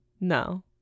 No